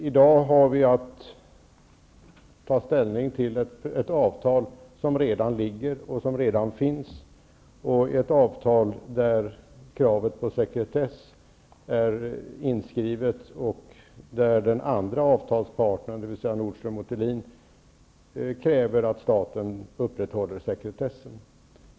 I dag har vi att ta ställning till ett avtal som redan finns, där kravet på sekretess är inskrivet och där den andra avtalsparten, dvs. Nordström & Thulin, kräver att staten upprätthåller sekretessen.